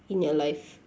in your life